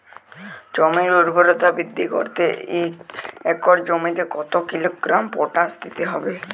জমির ঊর্বরতা বৃদ্ধি করতে এক একর জমিতে কত কিলোগ্রাম পটাশ দিতে হবে?